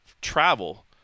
travel